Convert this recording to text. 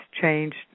changed